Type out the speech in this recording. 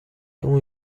اون